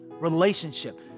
relationship